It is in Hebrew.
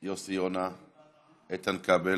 יוסי יונה, איתן כבל,